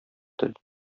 тел